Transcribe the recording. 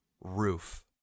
roof